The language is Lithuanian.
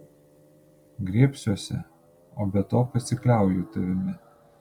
griebsiuosi o be to pasikliauju tavimi